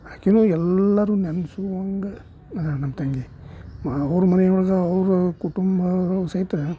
ಆಕೆನೂ ಎಲ್ಲರೂ ನೆನೆಸ್ಕೊಂಡು ನಮ್ಮ ತಂಗಿ ಅವ್ರ ಮನೆಯೊಳಗೆ ಅವರ ಕುಟುಂಬದವರು ಸಹಿತ